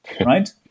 right